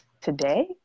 today